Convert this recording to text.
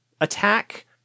attack